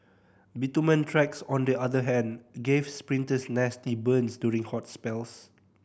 bitumen tracks on the other hand gave sprinters nasty burns during hot spells